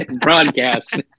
broadcast